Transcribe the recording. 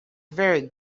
very